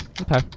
Okay